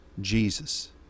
Jesus